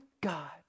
God